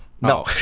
no